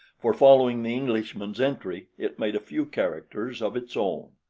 for following the englishman's entry it made a few characters of its own.